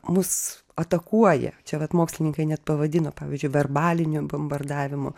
mus atakuoja čia vat mokslininkai net pavadino pavyzdžiui verbaliniu bombardavimu